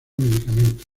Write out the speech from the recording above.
medicamentos